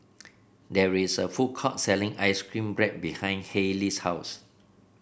there is a food court selling ice cream bread behind Hailey's house